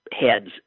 heads